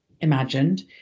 imagined